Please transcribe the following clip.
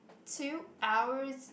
two hours